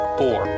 four